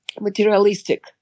materialistic